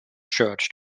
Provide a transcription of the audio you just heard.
church